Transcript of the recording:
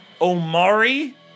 Omari